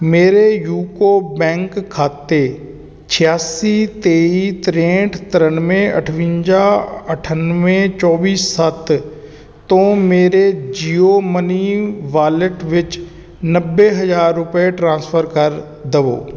ਮੇਰੇ ਯੂਕੋ ਬੈਂਕ ਖਾਤੇ ਛਿਆਸੀ ਤੇਈ ਤਰੇਂਹਠ ਤ੍ਰਿਆਨਵੇਂ ਅਠਵੰਜਾ ਅਠਾਨਵੇਂ ਚੌਵੀ ਸੱਤ ਤੋਂ ਮੇਰੇ ਜੀਓ ਮਨੀ ਵਾਲਿਟ ਵਿੱਚ ਨੱਬੇ ਹਜ਼ਾਰ ਰੁਪਏ ਟ੍ਰਾਂਸਫਰ ਕਰ ਦੇਵੋ